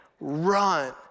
run